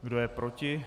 Kdo je proti?